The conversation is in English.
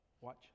Watch